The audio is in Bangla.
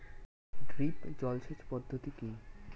ড্রিপ জল সেচ পদ্ধতি কি?